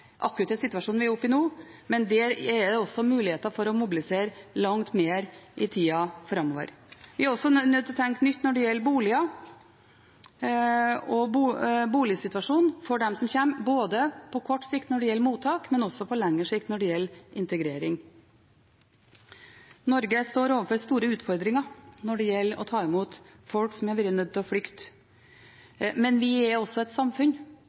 situasjonen vi er oppe i nå, men der er det også muligheter for å mobilisere langt mer i tida framover. Vi er også nødt til å tenke nytt når det gjelder boliger og boligsituasjonen for dem som kommer, på kort sikt når det gjelder mottak, men også på lengre sikt når det gjelder integrering. Norge står overfor store utfordringer når det gjelder å ta imot folk som har vært nødt til å flykte. Men vi er også et samfunn